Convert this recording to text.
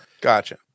Gotcha